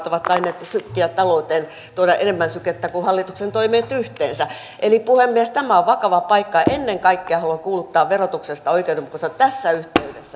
ovat tainneet sykkiä talouteen tuoda enemmän sykettä kuin hallituksen toimet yhteensä puhemies tämä on vakava paikka ennen kaikkea haluan kuuluttaa verotuksen oikeudenmukaisuutta tässä yhteydessä